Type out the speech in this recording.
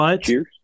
Cheers